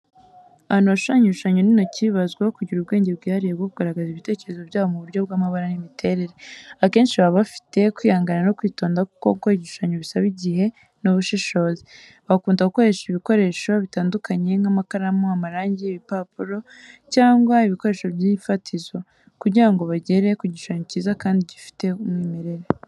Abantu bashushanya ibishushanyo n’intoki bazwiho kugira ubwenge bwihariye bwo kugaragaza ibitekerezo byabo mu buryo bw’amabara n’imiterere. Akenshi baba bafite kwihangana no kwitonda kuko gukora igishushanyo bisaba igihe n’ubushishozi. Bakunda gukoresha ibikoresho bitandukanye, nk’amakaramu, amarangi, ibipapuro cyangwa ibikoresho by’ifatizo, kugira ngo bagere ku gishushanyo cyiza kandi gifite umwimerere.